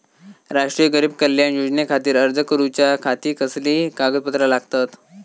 राष्ट्रीय गरीब कल्याण योजनेखातीर अर्ज करूच्या खाती कसली कागदपत्रा लागतत?